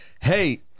hey